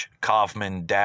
Kaufman